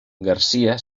garcia